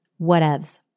Whatevs